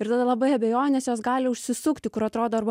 ir tada labai abejonės jos gali užsisukti kur atrodo arba